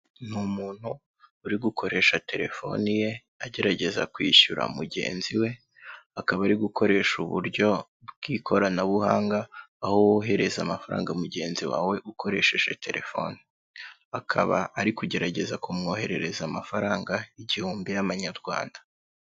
Ni umuntu uri gukoresha telefoni ye, agerageza kwishyura mugenzi we, akaba ari gukoresha uburyo bw'ikoranabuhanga, aho wohereza amafaranga mugenzi wawe ukoresheje telefoni. Akaba ari kugerageza kumwoherereza amafaranga igihumbi y'amanyarwanda.